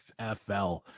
XFL